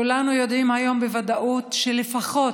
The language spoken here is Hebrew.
כולנו יודעים היום בוודאות שלפחות